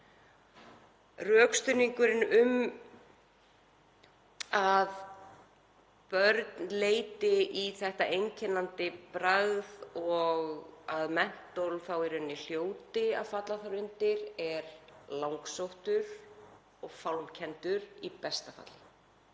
Rökstuðningurinn fyrir því að börn leiti í þetta einkennandi bragð og mentól þá í rauninni hljóti að falla þar undir er langsóttur og fálmkenndur í besta falli.